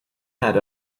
had